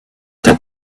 that